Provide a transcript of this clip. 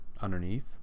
underneath